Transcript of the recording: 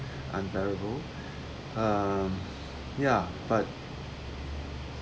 unbearable uh ya but